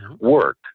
work